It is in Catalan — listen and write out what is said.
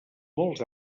molts